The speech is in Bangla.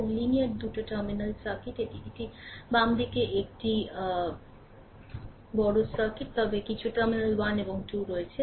এবং লিনিয়ার 2 টার্মিনাল সার্কিট এটির বাম দিকে একটি বড় সার্কিট তবে কিছু টার্মিনাল 1 এবং 2 রয়েছে